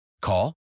Call